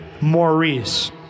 Maurice